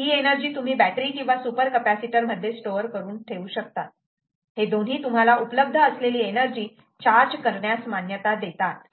ही energy तुम्ही battery किंवा super capacitor मध्ये स्टोअर करून ठेवू शकतात हे दोन्ही तुम्हाला उपलब्ध असलेली एनर्जी चार्ज करण्यास मान्यता देतात